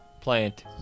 Plant